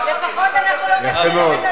יפה מאוד.